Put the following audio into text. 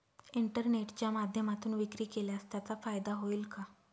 इंटरनेटच्या माध्यमातून विक्री केल्यास त्याचा फायदा होईल का?